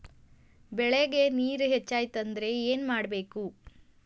ಬೆಳೇಗ್ ನೇರ ಹೆಚ್ಚಾಯ್ತು ಅಂದ್ರೆ ಏನು ಮಾಡಬೇಕು?